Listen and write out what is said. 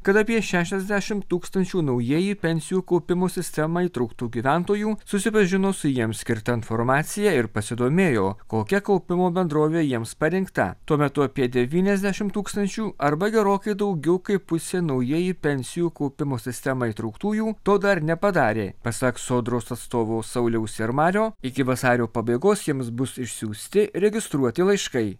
kad apie šešiasdešimt tūkstančių naujieji pensijų kaupimo sistemą įtrauktų gyventojų susipažino su jiems skirta informacija ir pasidomėjo kokia kaupimo bendrovė jiems parinkta tuo metu apie devyniasdešimt tūkstančių arba gerokai daugiau kaip pusė naujieji pensijų kaupimo sistemą įtrauktųjų to dar nepadarė pasak sodros atstovo sauliaus jarmario iki vasario pabaigos jiems bus išsiųsti registruoti laiškai